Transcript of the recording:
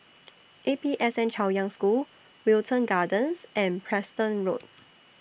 A P S N Chaoyang School Wilton Gardens and Preston Road